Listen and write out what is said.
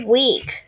week